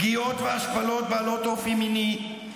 פגיעות והשפלות בעלות אופי מיני,